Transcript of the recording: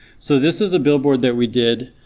so this is a billboard that we did